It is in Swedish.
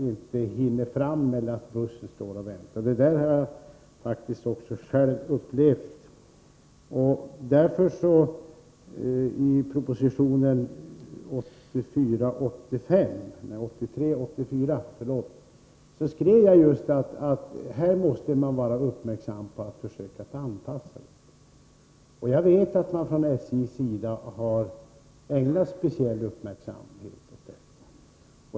Det kan också vara så att bussen måste vänta. Det har jag själv upplevt. I en proposition under innevarande riksmöte har jag framhållit att man måste vara uppmärksam i detta avseende och att man måste försöka göra en anpassning. Jag vet att man från SJ:s sida speciellt har uppmärksammat detta.